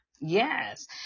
Yes